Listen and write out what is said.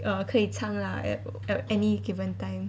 err 可以唱 lah at at any given time